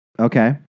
Okay